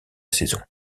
saison